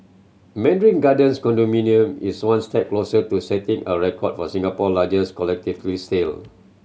Mandarin Gardens condominium is one step closer to setting a record for Singapore largest collectively sale